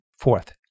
Fourth